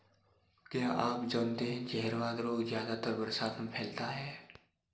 क्या आप जानते है जहरवाद रोग ज्यादातर बरसात में फैलता है?